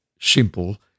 simple